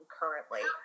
currently